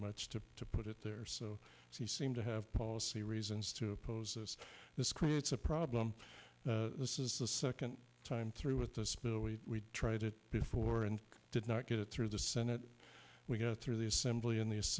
much to put it there so he seemed to have policy reasons to oppose us this creates a problem this is the second time through with this bill we tried it before and did not get it through the senate we got through the assembly in th